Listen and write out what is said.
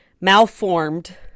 malformed